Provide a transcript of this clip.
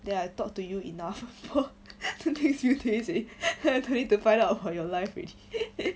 then I talk to you enough with these few days then I don't need to find out about your life already